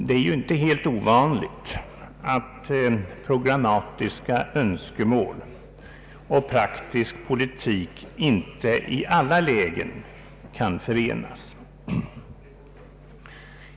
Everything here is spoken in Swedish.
Det är inte helt ovanligt att programmatiska önskemål och praktisk politik inte i alla lägen kan förenas.